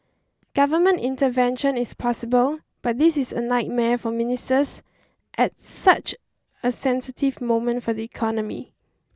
government intervention is possible but this is a nightmare for ministers at such a sensitive moment for the economy